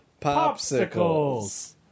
Popsicles